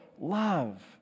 love